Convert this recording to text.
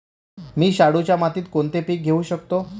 मी शाडूच्या मातीत कोणते पीक घेवू शकतो?